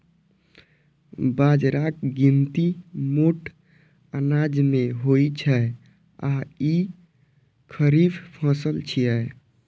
बाजराक गिनती मोट अनाज मे होइ छै आ ई खरीफ फसल छियै